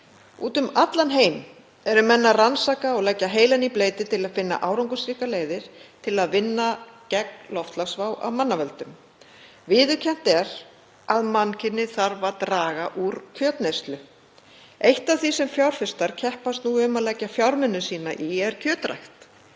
Úti um allan heim eru menn að rannsaka og leggja heilann í bleyti til að finna árangursríkar leiðir til að vinna gegn loftslagsvá af manna völdum. Viðurkennt er að mannkynið þarf að draga úr kjötneyslu. Eitt af því sem fjárfestar keppast nú um að leggja fjármuni sína í er kjötrækt.